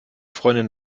freundin